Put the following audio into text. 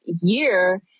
year